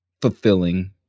fulfilling